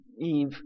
Eve